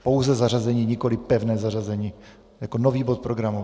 Pouze zařazení, nikoliv pevné zařazení, jako nový bod programu.